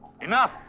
Enough